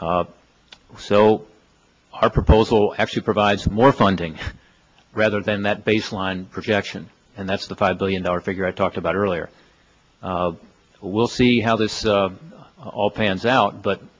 so our proposal actually provides more funding rather than that baseline projection and that's the five billion dollars figure i talked about earlier we'll see how this all pans out